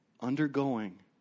undergoing